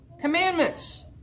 commandments